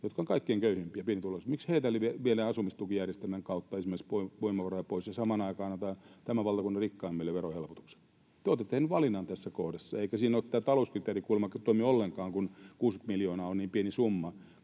jotka ovat kaikkein köyhimpiä ja pienituloisia. Miksi heiltä viedään esimerkiksi asumistukijärjestelmän kautta voimavaroja pois ja samaan aikaan annetaan tämän valtakunnan rikkaimmille verohelpotuksia? Te olette tehneet valinnan tässä kohdassa, eikä siinä tämä talouskriteeri kuulemma toimi ollenkaan, kun 60 miljoonaa on niin pieni summa